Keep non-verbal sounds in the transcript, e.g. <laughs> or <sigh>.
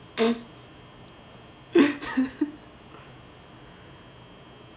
<laughs>